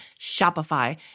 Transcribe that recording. Shopify